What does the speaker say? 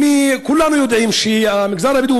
זה שהם עושים את מה שהם צריכים